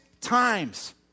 times